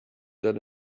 that